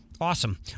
Awesome